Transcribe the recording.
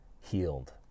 healed